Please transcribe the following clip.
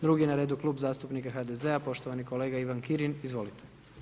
Drugi na redu Klub zastupnika HDZ-a poštovani kolega Ivan Kirin, izvolite.